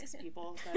people